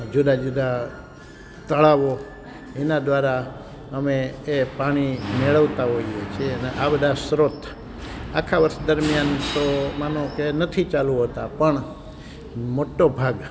જુદા જુદા તળાવો એના દ્વારા અમે એ પાણી મેળવતા હોઈએ છીએ અને આ બધા સ્ત્રોત આખા વર્ષ દરમિયાન તો માનો કે નથી ચાલુ હોતા પણ મોટો ભાગ